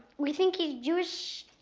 we think he's jewish,